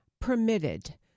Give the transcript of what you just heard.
permitted